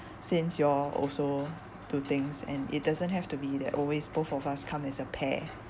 since you all also do things and it doesn't have to be that always both of us come as a pair